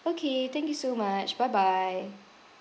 okay thank you so much bye bye